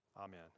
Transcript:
amen